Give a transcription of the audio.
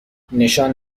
نشان